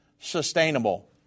sustainable